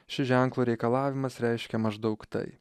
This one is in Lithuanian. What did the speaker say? ši ženklo reikalavimas reiškia maždaug tai